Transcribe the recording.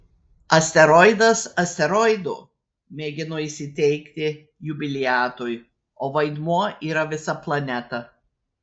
asteroidas asteroidu mėginu įsiteikti jubiliatui o vaidmuo yra visa planeta